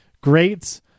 great